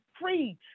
free